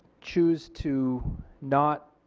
choose to not